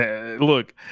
look